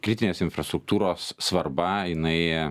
kritinės infrastruktūros svarba jinai